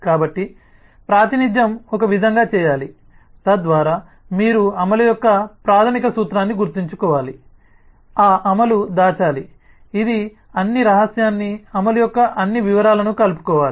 కాబట్టి ప్రాతినిధ్యం ఒక విధంగా చేయాలి తద్వారా మీరు అమలు యొక్క ప్రాథమిక సూత్రాన్ని గుర్తుంచుకోవాలి ఆ అమలు దాచాలి ఇది అన్ని రహస్యాన్ని అమలు యొక్క అన్ని వివరాలను కలుపుకోవాలి